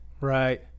Right